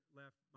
left